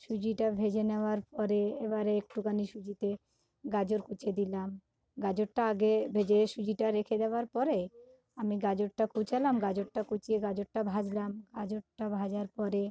সুজিটা ভেজে নেওয়ার পরে এবারে একটুখানি সুজিতে গাজর কুচিয়ে দিলাম গাজরটা আগে ভেজে সুজিটা রেখে দেওয়ার পরে আমি গাজরটা কুচালাম গাজরটা কুচিয়ে গাজরটা ভাজলাম গাজরটা ভাজার পরে